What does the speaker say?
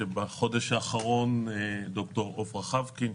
בחודש האחרון ד"ר עפרה חבקין,